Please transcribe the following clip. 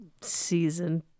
season